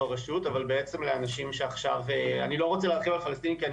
אני לא רוצה להתחיל עם הפלשתינים כי אני